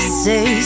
say